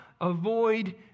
avoid